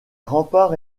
remparts